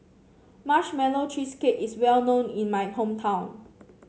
Marshmallow Cheesecake is well known in my hometown